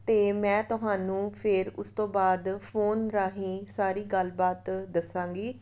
ਅਤੇ ਮੈਂ ਤੁਹਾਨੂੰ ਫਿਰ ਉਸ ਤੋਂ ਬਾਅਦ ਫੋਨ ਰਾਹੀਂ ਸਾਰੀ ਗੱਲਬਾਤ ਦੱਸਾਂਗੀ